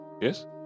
Yes